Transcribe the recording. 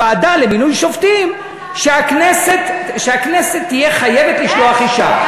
שלוועדה למינוי שופטים הכנסת תהיה חייבת לשלוח אישה,